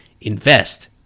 Invest